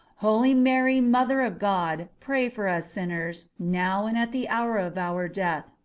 holy mary, mother of god, pray for us sinners, now and at the hour of our death.